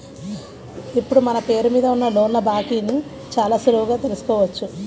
ఇప్పుడు మన పేరు మీద ఉన్న లోన్ల బాకీని చాలా సులువుగా తెల్సుకోవచ్చు